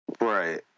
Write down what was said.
right